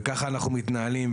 וככה אנחנו מתנהלים,